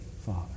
father